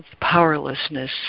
powerlessness